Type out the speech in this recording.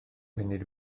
munud